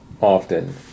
often